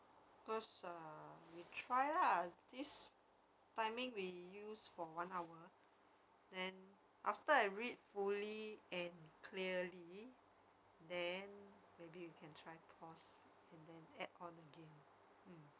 cause err we try lah this timing we use for one hour then after I read fully and clearly then maybe you can try to pause and then add on again mm